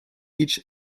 each